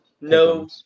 no